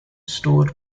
stored